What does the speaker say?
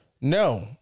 No